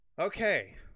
Okay